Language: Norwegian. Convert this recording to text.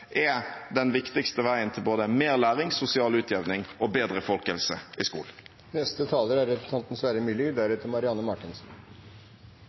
er den viktigste veien til både mer læring, sosial utjevning og bedre folkehelse i skolen.